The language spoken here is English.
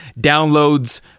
downloads